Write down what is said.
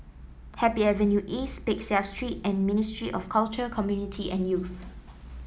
Happy Avenue East Peck Seah Street and Ministry of Culture Community and Youth